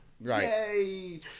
Yay